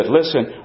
Listen